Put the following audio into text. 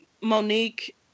Monique